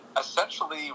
essentially